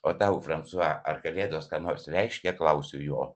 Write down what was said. o tau fransua ar kalėdos ką nors reiškia klausiu jo